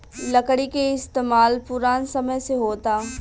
लकड़ी के इस्तमाल पुरान समय से होता